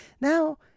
Now